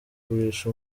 kugurisha